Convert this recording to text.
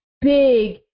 big